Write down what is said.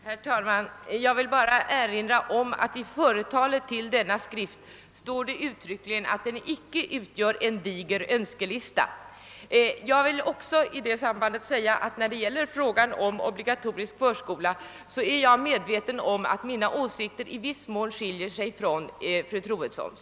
Herr talman! Jag vill bara erinra om att det i företalet till denna skrift uttryckligen sägs att den inte utgör en diger önskelista. Jag vill också i detta sammanhang säga att jag är medveten om att mina åsikter om obligatorisk förskola i viss mån skiljer sig från fru Troedssons.